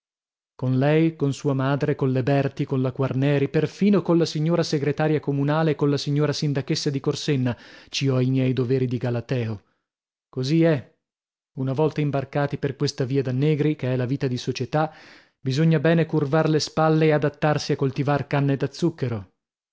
con lei con sua madre colle berti colla quarneri perfino colla signora segretaria comunale e colla signora sindachessa di corsenna ci ho i miei doveri di galateo così è una volta imbarcati per questa vita da negri che è la vita di società bisogna bene curvar le spalle e adattarsi a coltivar canne da zucchero